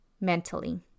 mentally